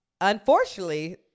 unfortunately